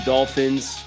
Dolphins